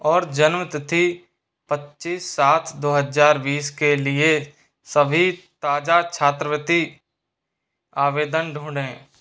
और जन्मतिथि पच्चीस सात दो हज़ार बीस के लिए सभी ताजा छात्रवृत्ति आवेदन ढूँढे